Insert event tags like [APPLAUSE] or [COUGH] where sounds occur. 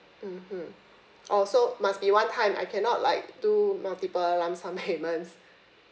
mmhmm oh so must be one time I cannot like do multiple lump sum [LAUGHS] payments